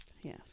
Yes